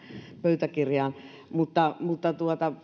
pöytäkirjaan